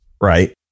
right